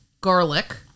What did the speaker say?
garlic